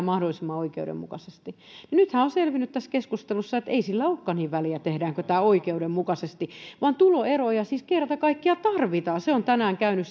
mahdollisimman oikeudenmukaisesti nythän on selvinnyt tässä keskustelussa että ei sillä olekaan niin väliä tehdäänkö tämä oikeudenmukaisesti vaan tuloeroja siis kerta kaikkiaan tarvitaan se on tänään käynyt